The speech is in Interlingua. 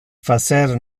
facer